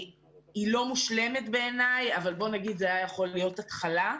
היא לא מושלמת בעיניי אבל בוא נגיד שזאת הייתה יכולה להיות התחלה.